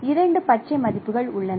இரண்டு பச்சை மதிப்புகள் உள்ளன